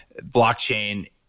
blockchain